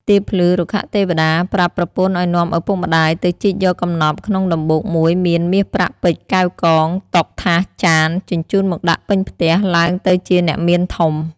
ទៀបភ្លឺរុក្ខទេវតាប្រាប់ប្រពន្ធឱ្យនាំឪពុកម្ដាយទៅជីកយកកំណប់ក្នុងដំបូកមួយមាន មាសប្រាក់ ពេជ្រ កែវ់កង តុ ថាស ចាន ជញ្ជូនមកដាក់ពេញផ្ទះ ឡើងទៅជាអ្នកមានធំ។